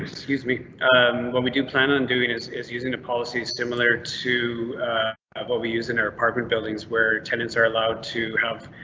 excuse me when we do plan on doing is is using the policy similar to what we use in our apartment buildings where tenants are allowed to have.